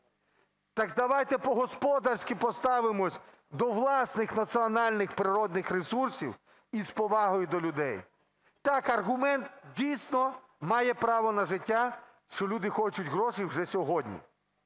Так давайте по-господарськи поставимося до власних національних природніх ресурсів і з повагою до людей. Так, аргумент, дійсно, має право на життя, що люди хочуть грошей вже сьогодні.